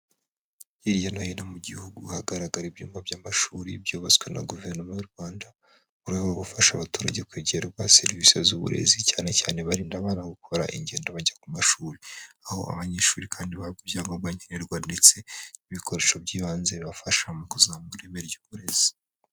Hirya no hino mu gihugu hagaragara ibyumba by'amashuri byubatswe na guverinoma y'u Rwanda mu rwego rwo gufasha abaturage kwegerwa serivisi z'uburezi; cyane cyane barinda abana gukora ingendo bajya ku mashuri. Aho abanyeshuri kandi bahabwa ibyangombwa nkenerwa ndetse n'ibikoresho by'ibanze bibafasha mu kuzamura ireme ry'uburezi.